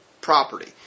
property